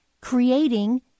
creating